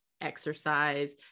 exercise